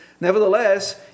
Nevertheless